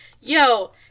yo